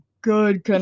good